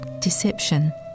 deception